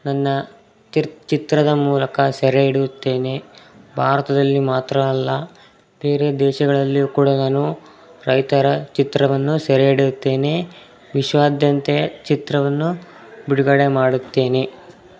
ನನ್ನ ರ್ತಿತ್ ಚಿತ್ರದ ಮೂಲಕ ಸೆರೆ ಹಿಡ್ಯುತ್ತೇನೆ ಭಾರತದಲ್ಲಿ ಮಾತ್ರ ಅಲ್ಲ ಬೇರೆ ದೇಶಗಳಲ್ಲಿಯೂ ಕೂಡ ನಾನು ರೈತರ ಚಿತ್ರವನ್ನು ಸೆರೆ ಹಿಡಿಯುತ್ತೇನೆ ವಿಶ್ವಾದ್ಯಂತ ಚಿತ್ರವನ್ನು ಬಿಡುಗಡೆ ಮಾಡುತ್ತೀನಿ